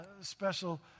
special